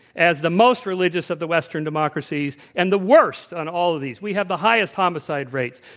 as the most religious of the western democracies and the worst on all of these. we have the highest homicide rates,